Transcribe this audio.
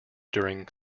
during